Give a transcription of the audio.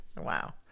Wow